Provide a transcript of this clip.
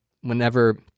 whenever